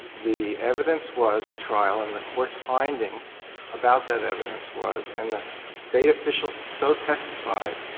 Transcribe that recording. the evidence was at trial, and the court's finding about that evidence was, and the state officials so testified,